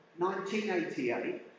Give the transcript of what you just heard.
1988